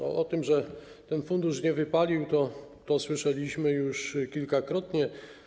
O tym, że ten fundusz nie wypalił, słyszeliśmy już kilkakrotnie.